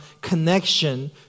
connection